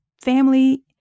family